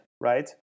right